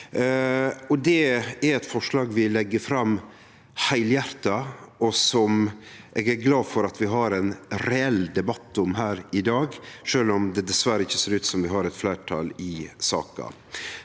Det er eit forslag vi legg fram heilhjarta, og som eg er glad for at vi har ein reell debatt om i dag, sjølv om det dessverre ikkje ser ut som vi har eit fleirtal i saka.